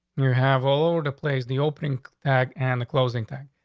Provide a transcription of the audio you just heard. you have all over the place, the open attack and the closing thing,